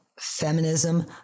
Feminism